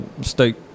state